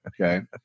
Okay